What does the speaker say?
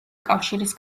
კავშირის